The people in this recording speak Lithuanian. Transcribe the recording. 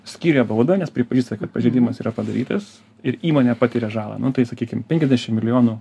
skyrė baudą nes pripažįsta kad pažeidimas yra padarytas ir įmonė patiria žalą nu tai sakykim penkiasdešim milijonų